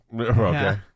Okay